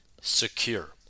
secure